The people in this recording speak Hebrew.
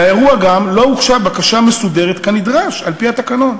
לאירוע גם לא הוגשה בקשה מסודרת כנדרש על-פי התקנון,